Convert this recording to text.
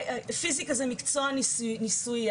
ופיזיקה זה מקצוע ניסויי,